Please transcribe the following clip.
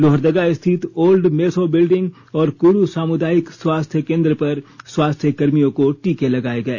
लोहरदगा स्थित ओल्ड मेसो बिल्डिंग और कुड़ू सामुदायिक स्वास्थ्य केंद्र पर स्वास्थ्य कर्मियों को टीके लगाए गए